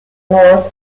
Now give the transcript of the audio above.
north